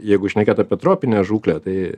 jeigu šnekėt apie tropinę žūklę tai